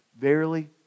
Verily